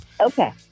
okay